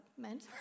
meant